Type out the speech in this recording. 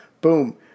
boom